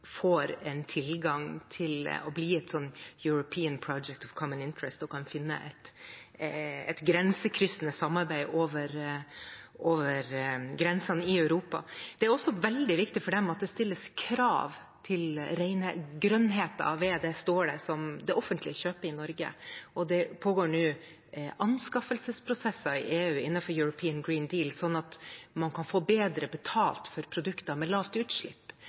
får tilgang til å bli et Important Projects of Common European Interest og kan finne et grensekryssende samarbeid over grensene i Europa. Det er også veldig viktig for dem at det stilles krav til grønnheten av det stålet som det offentlige kjøper i Norge. Det pågår nå anskaffelsesprosesser i EU innenfor European Green Deal, slik at man kan få bedre betalt for produkter med lavt utslipp.